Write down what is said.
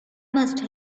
must